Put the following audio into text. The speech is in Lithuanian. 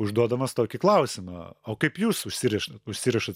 užduodamas tokį klausimą o kaip jūs užsiriš užsirišat